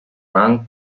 run